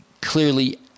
clearly